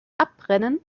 abbrennen